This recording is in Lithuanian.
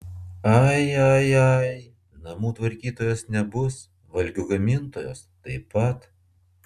ai ai ai namų tvarkytojos nebus valgio gamintojos taip pat